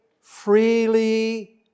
freely